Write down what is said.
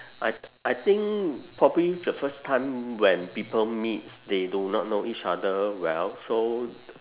I I think probably the first time when people meets they do not know each other well so